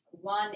One